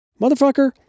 motherfucker